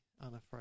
unafraid